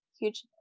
huge